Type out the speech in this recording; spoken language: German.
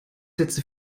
sätze